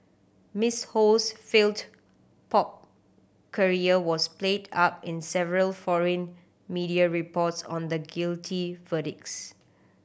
Miss Ho's failed pop career was played up in several foreign media reports on the guilty verdicts